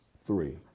three